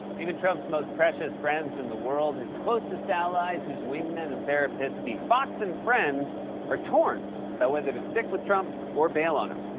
even trump's most precious friends in the world, his closest allies, his wingmen and therapists, the fox and friends are torn about whether to stick with trump or bail on him.